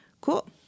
Cool